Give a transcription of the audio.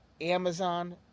Amazon